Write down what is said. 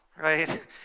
right